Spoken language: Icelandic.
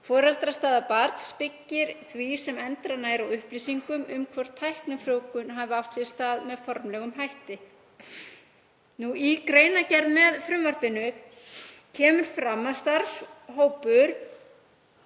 Foreldrastaða barns byggist því sem endranær á upplýsingum um hvort tæknifrjóvgun hafi átt sér stað með formlegum hætti. Í greinargerð með frumvarpinu kemur fram að starfshópur,